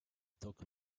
talk